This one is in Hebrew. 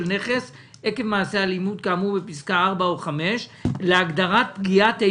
נכס עקב מעשה אלימות כאמור בפסקה (4) או (5) להגדרת